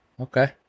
Okay